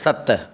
सत